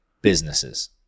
businesses